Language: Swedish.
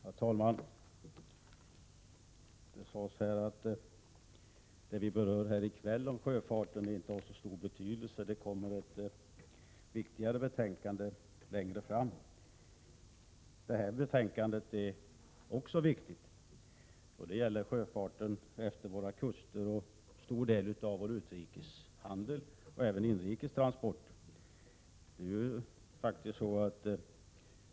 Herr talman! Det har sagts här att det vi behandlar i kväll om sjöfarten inte har så stor betydelse och att det kommer ett viktigare betänkande längre fram. Men det här betänkandet är också viktigt. Det gäller sjöfarten efter våra kuster, en stor del av vår utrikeshandel och även inrikestransporter.